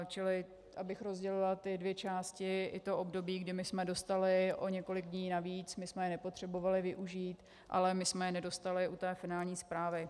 Čili abych rozdělila ty dvě části, i to období, kdy my jsme dostali o několik dní navíc, my jsme je nepotřebovali využít, ale my jsme je nedostali u té finální zprávy.